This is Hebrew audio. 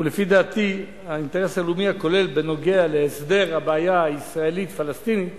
ולפי דעתי האינטרס הלאומי הכולל בנוגע להסדר הבעיה הישראלית פלסטינית